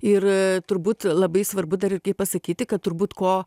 ir turbūt labai svarbu dar pasakyti kad turbūt ko